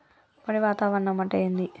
పొడి వాతావరణం అంటే ఏంది?